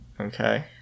okay